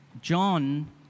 John